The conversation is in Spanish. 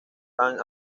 han